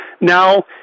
now